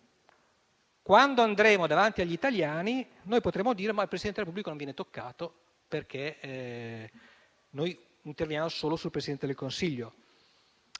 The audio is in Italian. così quando andremo davanti agli italiani potremo dire che il Presidente della Repubblica non viene toccato, perché noi interveniamo solo sul Presidente del Consiglio